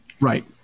Right